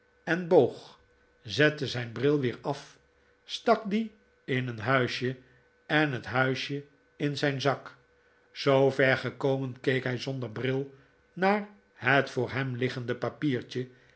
en boog zette zijn bril weer af stak dien in een huisje en het huisje in zijn zak zoover gekomen keek hij zonder bril naar het voor hem liggende papiertje